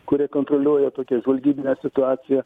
kurie kontroliuoja tokią žvalgybinę situaciją